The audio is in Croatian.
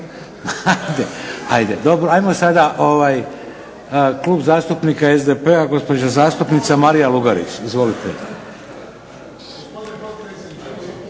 razumije./… Ajde dobro, ajmo sada Klub zastupnika SDP-a gospođa zastupnica Marija Lugarić. Izvolite.